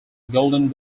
golden